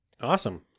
Awesome